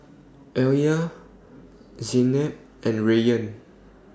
Alya Zaynab and Rayyan